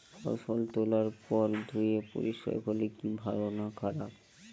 ফসল তোলার পর ধুয়ে পরিষ্কার করলে কি ভালো না খারাপ?